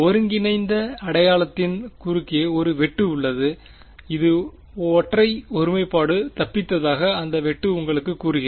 ஒருங்கிணைந்த அடையாளத்தின் குறுக்கே ஒரு வெட்டு உள்ளது இது ஒற்றை ஒருமைப்பாடு தப்பித்ததாக அந்த வெட்டு உங்களுக்குக் கூறுகிறது